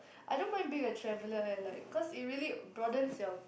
I don't mind being a traveller like cause it really broadens your